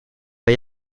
bij